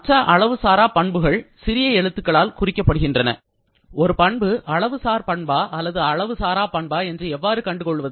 மற்ற அளவு சாரா பண்புகள் சிறிய எழுத்துக்களால் குறிக்கப்படுகின்றன ஒரு பண்பு அளவுசார் பண்பா அல்லது அளவு சாரா பண்பு என்று எவ்வாறு கண்டு கொள்வது